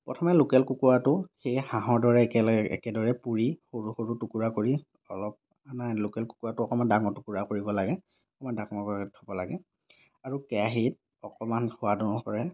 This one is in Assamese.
প্ৰথমে লোকেল কুকুৰাটো সেই হাঁহৰ দৰে একেলগে একেদৰে পুৰি সৰু সৰু টুকুৰা কৰি অলপ নাই লোকেল কুকুৰাটো অকণমান ডাঙৰ টুকুৰা কৰিব লাগে অকণমান ডাঙৰকৈ থ'ব লাগে আৰু কেৰাহীত অকণমান সোৱাদ অনুসাৰে